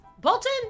Bolton